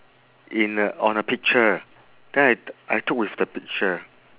in a on a picture then I I took with the picture